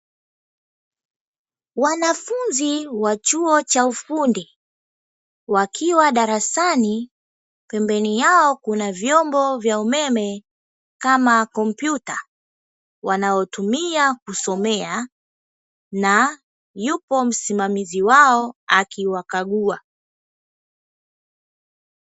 Wanafunzi wa chuo cha ufundi wakiwa darasani, pembeni yao kuna vyombo vya umeme kama kompyuta wanayotumia kusomea na yupo msimamizi wao akiwakagua.